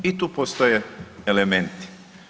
I tu postoje elementi.